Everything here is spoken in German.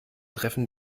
treffen